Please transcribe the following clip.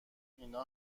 اینا